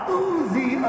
oozy